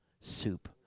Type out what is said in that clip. soup